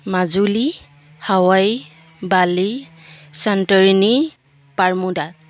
মাজুলী হাৱাই বালি চন্তৰিণী পাৰ্মোদা